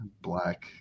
black